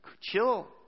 Chill